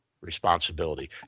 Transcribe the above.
responsibility